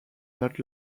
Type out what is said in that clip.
not